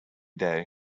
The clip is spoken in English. day